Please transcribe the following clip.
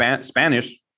Spanish